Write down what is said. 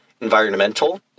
environmental